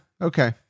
okay